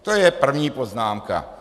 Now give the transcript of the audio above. To je první poznámka.